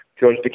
George